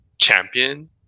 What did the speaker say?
champion